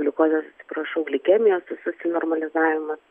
gliukozės atsiprašau glikemijos visas normalizavimas